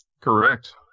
correct